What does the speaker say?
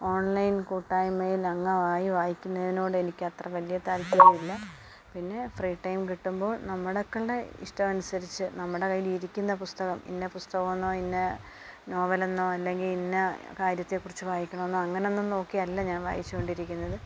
online കൂട്ടായ്മയിൽ അംഗമായി വായിക്കുന്നതിനോട് എനിക്ക് അത്ര വലിയ താല്പര്യമില്ല പിന്നെ ഫ്രീ ടൈം കിട്ടുമ്പോൾ നമ്മുടെ ക്കടെ ഇഷ്ടം അനുസരിച്ച് നമ്മുടെ കയ്യിൽ ഇരിക്കുന്ന പുസ്തകം ഇന്ന പുസ്തകമെന്നോ ഇന്ന നോവൽ എന്നോ അല്ലെങ്കിൽ ഇന്ന കാര്യത്തെ കുറിച്ച് വായിക്കണമെന്നോ അങ്ങനെ ഒന്നും നോക്കി അല്ല ഞാൻ വായിച്ചുകൊണ്ടിരിക്കുന്നത്